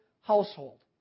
household